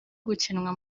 gukinwa